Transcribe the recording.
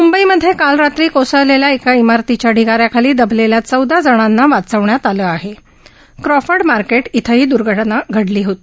मंबईमध्य काल रात्री कोसळल स्या एका इमारतीच्या ढिगाऱ्याखाली दबल स्या चौदा जणांना वाचवण्यात आलं आह क्रॉफर्ड मार्के इथं ही दर्घ ना घडली होती